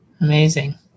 Amazing